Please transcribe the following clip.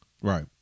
right